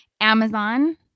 Amazon